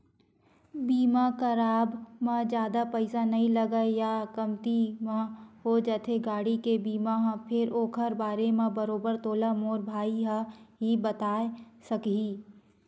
बीमा कराब म जादा पइसा नइ लगय या कमती म हो जाथे गाड़ी के बीमा ह फेर ओखर बारे म बरोबर तोला मोर भाई ह ही बताय सकही